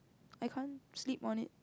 I can't sleep on it